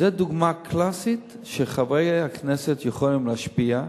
זו דוגמה קלאסית לכך שחברי הכנסת יכולים להשפיע.